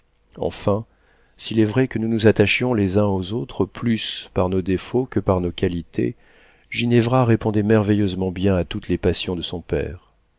enfin s'il est vrai que nous nous attachions les uns aux autres plus par nos défauts que par nos qualités ginevra répondait merveilleusement bien à toutes les passions de son père